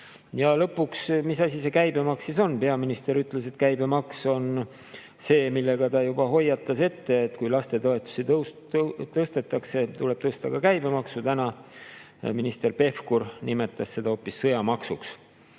Ja lõpuks: mis asi see käibemaks siis on? Peaminister ütles, et käibemaks on see, mille kohta ta hoiatas ette, et kui lastetoetusi tõstetakse, tuleb tõsta ka käibemaksu. Täna minister Pevkur nimetas seda hoopis sõjamaksuks.